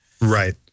Right